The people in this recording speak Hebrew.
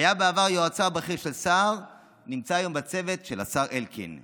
היה בעבר יועצו הבכיר של סער ונמצא היום בצוות של השר אלקין.